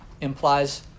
implies